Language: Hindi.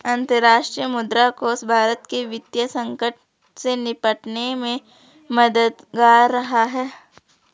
अंतर्राष्ट्रीय मुद्रा कोष भारत के वित्तीय संकट से निपटने में मददगार रहा है